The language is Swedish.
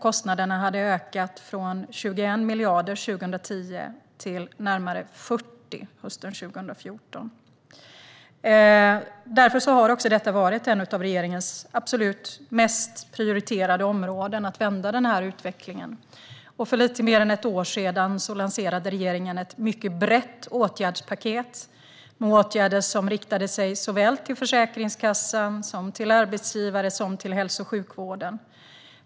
Kostnaderna hade ökat från 21 miljarder 2010 till närmare 40 miljarder hösten 2014. Därför har det varit ett av regeringens mest prioriterade områden att vända denna utveckling. För lite mer än ett år sedan lanserade regeringen ett brett åtgärdspaket med åtgärder som riktade sig till såväl Försäkringskassan som till arbetsgivare och hälso och sjukvård.